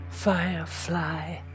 firefly